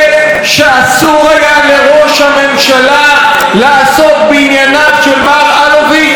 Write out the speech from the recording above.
לראש הממשלה לעסוק בענייניו של מר אלוביץ' אפילו רגע אחד.